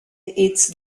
its